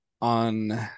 on